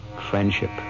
Friendship